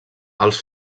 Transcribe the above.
els